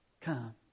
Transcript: come